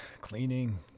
cleaning